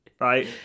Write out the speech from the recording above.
Right